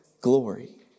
glory